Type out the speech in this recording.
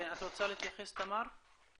את רוצה להתייחס, תמר?